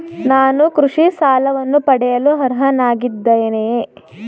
ನಾನು ಕೃಷಿ ಸಾಲವನ್ನು ಪಡೆಯಲು ಅರ್ಹನಾಗಿದ್ದೇನೆಯೇ?